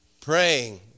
praying